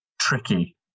tricky